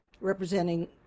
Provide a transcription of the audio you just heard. representing